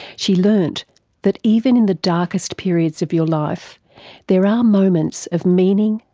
she learnt that even in the darkest periods of your life there are moments of meaning,